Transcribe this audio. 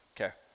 Okay